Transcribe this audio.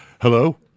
Hello